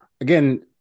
again